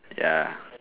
ya